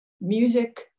music